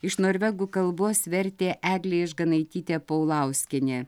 iš norvegų kalbos vertė eglė išganaitytė paulauskienė